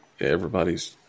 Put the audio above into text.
everybody's